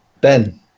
Ben